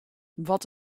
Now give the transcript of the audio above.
wat